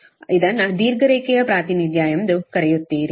ಆದ್ದರಿಂದ ಇದನ್ನು ದೀರ್ಘ ರೇಖೆಯ ಪ್ರಾತಿನಿಧ್ಯ ಎಂದು ಕರೆಯುತ್ತೀರಿ